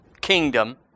kingdom